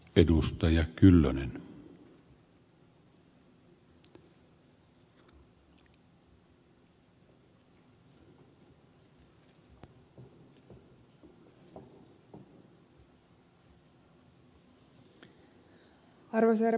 arvoisa herra puhemies